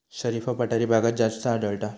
शरीफा पठारी भागात जास्त आढळता